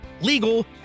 legal